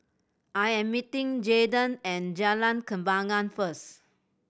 I am meeting Jaiden at Jalan Kembangan first